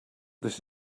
this